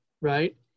right